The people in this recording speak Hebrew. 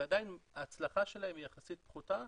ועדיין ההצלחה שלהם היא יחסית פחותה,